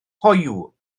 hoyw